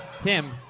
Tim